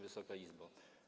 Wysoka Izbo!